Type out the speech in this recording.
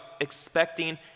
expecting